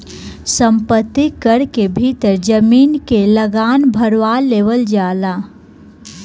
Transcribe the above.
संपत्ति कर के भीतर जमीन के लागान भारवा लेवल जाला